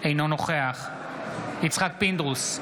אינו נוכח יצחק פינדרוס,